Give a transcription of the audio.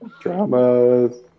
Dramas